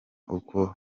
uko